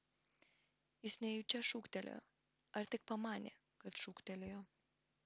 jis nejučia šūktelėjo ar tik pamanė kad šūktelėjo